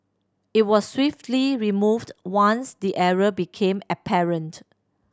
it was swiftly removed once the error became apparent